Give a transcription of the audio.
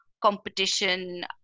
competition